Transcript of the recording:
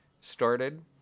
started